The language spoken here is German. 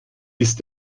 ist